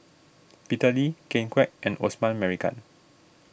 Peter Lee Ken Kwek and Osman Merican